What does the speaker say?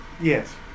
Yes